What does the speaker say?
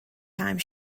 time